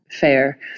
fair